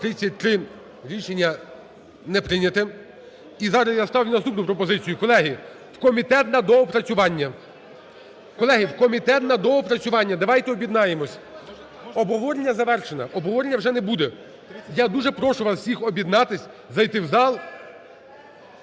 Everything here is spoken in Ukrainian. Рішення не прийнято. І зараз я ставлю наступну пропозицію, колеги: в комітет на доопрацювання. Колеги, в комітет на доопрацювання, давайте об'єднаємось, обговорення завершено. Обговорення вже не буде, я дуже прошу вас всіх об'єднатися, зайти в зал.